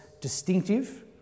distinctive